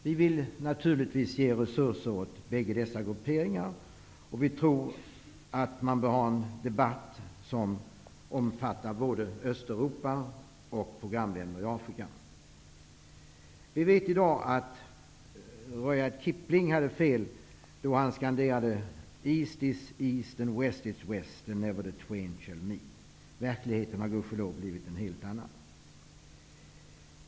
Vi vill naturligtvis ge resurser åt bägge dessa grupperingar, och vi tror att man bör föra en debatt som omfattar både Vi vet i dag att Rudyard Kipling hade fel då han skanderade: ''Öst är öst, och väst är väst, och aldrig mötas de två.'' Verkligheten har gudskelov blivit en helt annan.